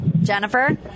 Jennifer